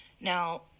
Now